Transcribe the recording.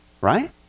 right